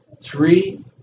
three